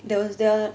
there was the